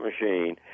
machine